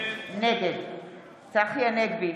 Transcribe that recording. נגד צחי הנגבי,